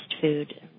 food